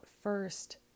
first